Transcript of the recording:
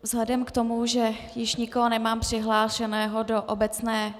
Vzhledem k tomu, že již nikoho nemám přihlášeného do obecné...